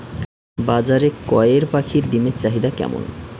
বাজারে কয়ের পাখীর ডিমের চাহিদা কেমন?